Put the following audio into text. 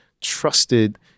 trusted